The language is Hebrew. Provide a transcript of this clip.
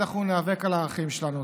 אנחנו ניאבק על הערכים שלנו.